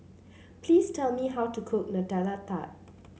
please tell me how to cook Nutella Tart